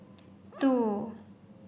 two